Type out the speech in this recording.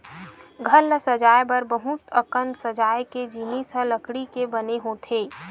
घर ल सजाए बर बहुत अकन सजाए के जिनिस ह लकड़ी के बने होथे